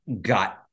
got